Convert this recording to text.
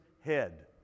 head